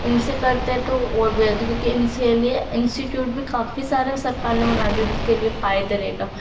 ان سے کرتے ہیں تو اور بھی کیونکہ ان سے لیے انسٹٹیوٹ بھی کافی سارے سرکار نے بنا دیے ان کے لیے فائدہ رہے گا